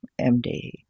MD